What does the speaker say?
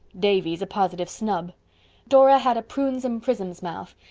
davy's a positive snub dora had a prunes and prisms mouth,